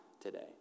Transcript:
today